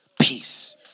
peace